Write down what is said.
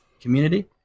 community